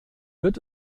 wird